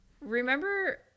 Remember